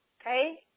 Okay